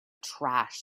trash